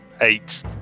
Eight